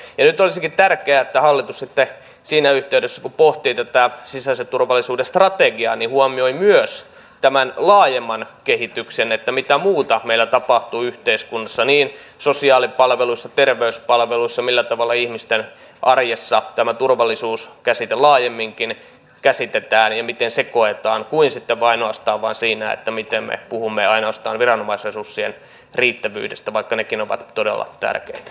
nyt olisikin tärkeää että hallitus sitten siinä yhteydessä kun pohtii tätä sisäisen turvallisuuden strategiaa huomioi myös tämän laajemman kehityksen että mitä muuta meillä tapahtuu yhteiskunnassa niin sosiaalipalveluissa terveyspalveluissa millä tavalla ihmisten arjessa tämä turvallisuus käsite laajemminkin käsitetään ja miten se koetaan kuin ainoastaan siinä miten me puhumme ainoastaan viranomaisresurssien riittävyydestä vaikka nekin ovat todella tärkeitä